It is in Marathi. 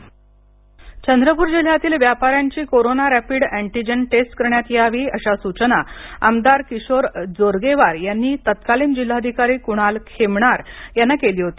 चंद्रपूर चंद्रपुर जिल्ह्यातील व्यापाऱ्यांची कोरोना रॅपिड अँटिजन टेस्ट करण्यात यावी अश्या सूचना आमदार किशोर जोरगेवार यांनी तत्कालीन जिल्हाधिकारी कुणाल खेमणार यांना केली होती